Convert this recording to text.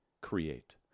create